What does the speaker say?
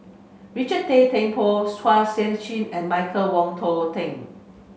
Richard Tay Temple is Chin and Michael Wong Tong Ting